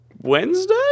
Wednesday